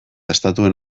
estatuen